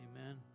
amen